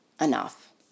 enough